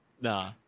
Nah